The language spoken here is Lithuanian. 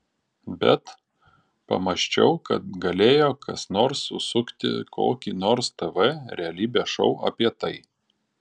bet pamąsčiau kad galėjo kas nors susukti kokį nors tv realybės šou apie tai